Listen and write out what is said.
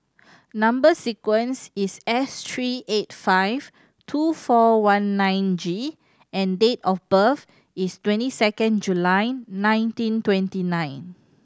number sequence is S three eight five two four one nine G and date of birth is twenty second July nineteen twenty nine